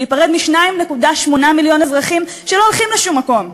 להיפרד מ-2.8 מיליון אזרחים שלא הולכים לשום מקום.